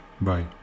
Bye